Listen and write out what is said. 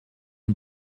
een